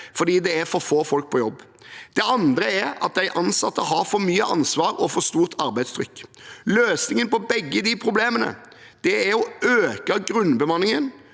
fordi det er for få folk på jobb. Det andre er at de ansatte har for mye ansvar og for stort arbeidstrykk. Løsningen på begge de problemene er å øke grunnbemanningen